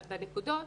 בנקודות,